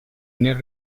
nel